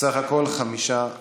סך הכול חמישה בעד.